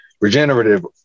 regenerative